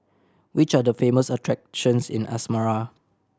which are the famous attractions in Asmara